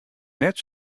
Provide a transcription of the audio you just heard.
net